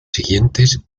siguientes